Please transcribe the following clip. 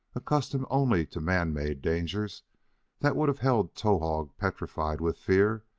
accustomed only to man-made dangers that would have held towahg petrified with fear,